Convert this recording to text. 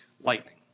lightning